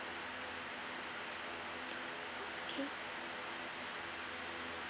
okay